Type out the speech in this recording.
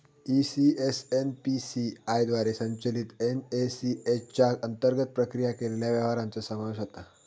ECS NPCI द्वारे संचलित NACH च्या अंतर्गत प्रक्रिया केलेल्या व्यवहारांचो समावेश होता